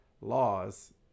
laws